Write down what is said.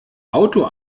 auto